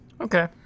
Okay